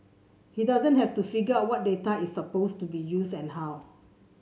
he doesn't have to figure out what data is supposed to be used and how